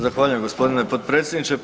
Zahvaljujem gospodine potpredsjedniče